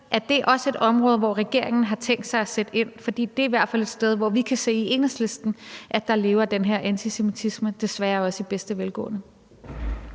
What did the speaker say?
om det også er et område, hvor regeringen har tænkt sig at sætte ind, for det er i hvert fald et sted, hvor vi i Enhedslisten kan se, at der lever den her antisemitisme, desværre også i bedste velgående.